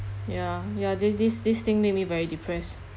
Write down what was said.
ya ya this this this thing make me very depressed